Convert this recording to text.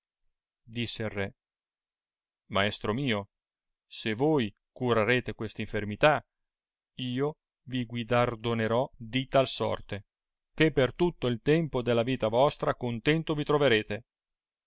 il ke maestro mio se voi curarete questa infermità io vi guidardonerò di tal sorte che per tutto il tempo della vita vostra contento vi troverete